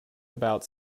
about